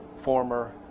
former